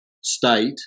state